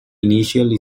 initial